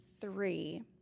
three